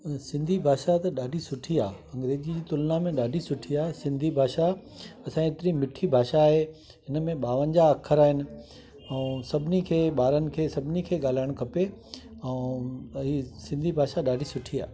सिंधी भाषा त ॾाढी सुठी आहे अंग्रेजी जी तुलना में ॾाढी सुठी आ्हे सिंधी भाषा असां हेतिरी मिठड़ी भाषा आए हिन में ॿावंजा अख़र आहिनि अऊं सभिनी खे ॿारनि खे सभिनी खे ॻाल्हाइण खपे ऐं हे सिंधी भाषा ॾाढी सुठी आहे